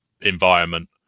environment